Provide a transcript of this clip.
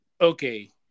Okay